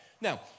Now